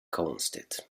konstigt